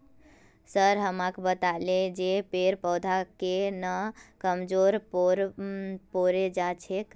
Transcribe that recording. sir हमाक बताले जे पेड़ पौधा केन न कमजोर पोरे जा छेक